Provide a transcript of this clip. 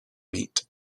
meat